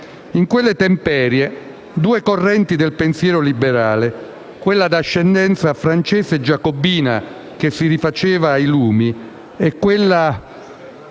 In quelle temperie, due correnti del pensiero liberale - quella d'ascendenza francese e giacobina, che si rifaceva ai Lumi, e quella